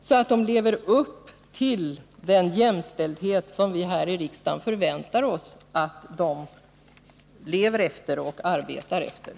De måste leva upp till den jämställdhet som vi här i riksdagen förväntar oss att de har som utgångspunkt för sitt arbete.